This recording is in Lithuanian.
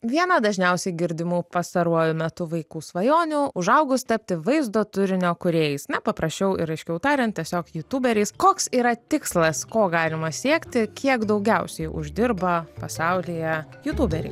viena dažniausiai girdimų pastaruoju metu vaikų svajonių užaugus tapti vaizdo turinio kūrėjais na paprasčiau ir aiškiau tariant tiesiog jutuberiais koks yra tikslas ko galima siekti kiek daugiausiai uždirba pasaulyje jutuberiai